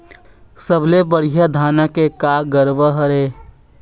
सबले बढ़िया धाना के का गरवा हर ये?